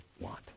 want